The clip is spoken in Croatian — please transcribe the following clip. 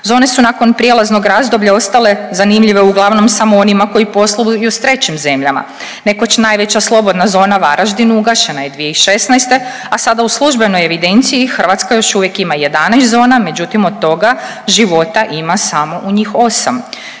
Zone su nakon prijelaznog razdoblja ostale zanimljive uglavnom samo onima koji posluju s trećim zemljama. Nekoć najveća Slobodna zona Varaždin ugašena je 2016., a sada u službenoj evidenciji Hrvatska još uvijek ima 11 zona, međutim od toga života ima samo u njih 8.